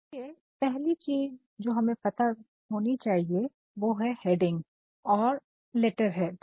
इसलिए पहली चीज़ जो हमें पता होनी चाहिए वो है हैडिंग और लेटरहेड